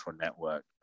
network